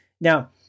Now